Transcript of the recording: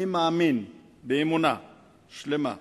אני מאמין באמונה שלמה,